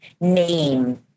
name